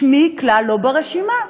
שמי כלל לא ברשימה.